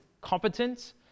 competent